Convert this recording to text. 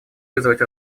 вызывать